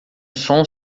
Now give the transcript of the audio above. som